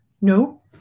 No